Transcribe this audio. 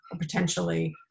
potentially